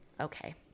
Okay